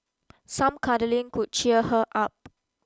some cuddling could cheer her up